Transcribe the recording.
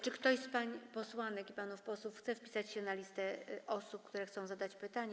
Czy ktoś z pań posłanek i panów posłów chce wpisać się na listę osób, które chcą zadać pytanie?